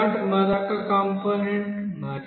మరొక కంపోనెంట్ మరియు m3